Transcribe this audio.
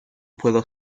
puedo